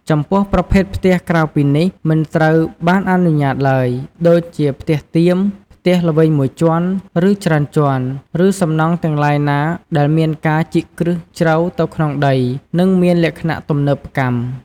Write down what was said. ចំពោះប្រភេទផ្ទះក្រៅពីនេះ មិនត្រូវបានអនុញ្ញាតឡើយ ដូចជាផ្ទះតៀម ផ្ទះល្វែងមួយជាន់ ឬច្រើនជាន់ ឬសំណង់ទាំងឡាយណាដែលមានការជីកគ្រឹះជ្រៅទៅក្នុងដី និងមានលក្ខណៈទំនើបកម្ម។